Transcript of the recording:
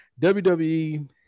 WWE